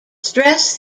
stress